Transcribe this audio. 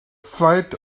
flight